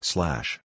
Slash